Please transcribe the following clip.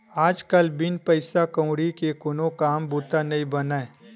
आज कल बिन पइसा कउड़ी के कोनो काम बूता नइ बनय